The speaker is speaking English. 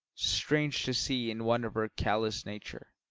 strange to see in one of her callous nature.